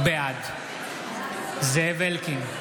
בעד זאב אלקין,